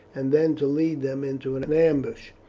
and then to lead them into an ambush,